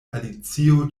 alicio